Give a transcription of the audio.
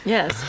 Yes